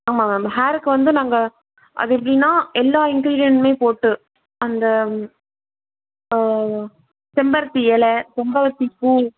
ஆமா மேம் ஹேருக்கு வந்து நாங்கள் அது எப்படின்னா எல்லா இன்க்ரீடியன்ட்டுமே போட்டு அந்த ஆ செம்பருத்தி இலை செம்பருத்தி பூ